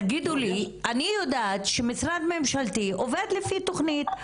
אני יודעת שמשרד ממשלתי עובד לפי תוכנית,